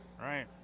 Right